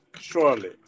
Surely